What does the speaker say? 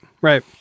right